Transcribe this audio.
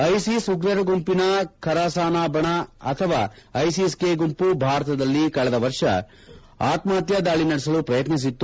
ISIS ಉಗ್ರರ ಗುಂಪಿನ ಖೊರಸಾನ್ ಬಣ ಅಥವಾ ಐಸಿಸ್ ಕೆ ಗುಂಪು ಭಾರತದಲ್ಲಿ ಕಳೆದ ವರ್ಷ ಆತ್ಮಹತ್ಯಾ ದಾಳಿ ನಡೆಸಲು ಪ್ರಯತ್ನಿಸಿತ್ತು